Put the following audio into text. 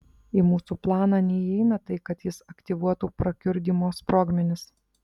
į mūsų planą neįeina tai kad jis aktyvuotų prakiurdymo sprogmenis